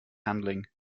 handling